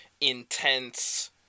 Intense